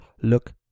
look